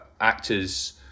actors